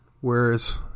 whereas